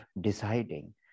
deciding